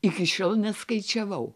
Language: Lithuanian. iki šiol neskaičiavau